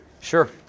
Sure